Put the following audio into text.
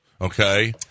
okay